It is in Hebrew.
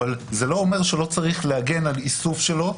זה לא אומר שלא צריך להגן על איסוף שלו,